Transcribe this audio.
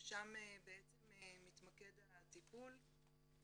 ושם בעצם מתמקד הטיפול.